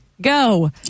go